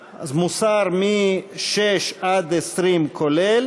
04, משרד ראש הממשלה,